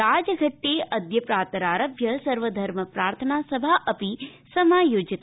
राजघट्टे अद्य प्रातरारभ्य सर्वधर्मप्रार्थनासभापि समायोजता